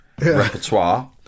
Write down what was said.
Repertoire